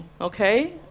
okay